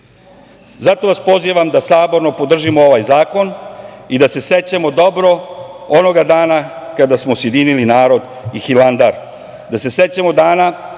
Zato vas pozivam da saborno podržimo ovaj zakon i da se sećamo dobro onoga dana kada smo sjedinili narod i Hilandar,